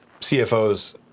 CFOs